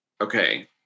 okay